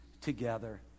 together